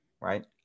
right